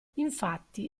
infatti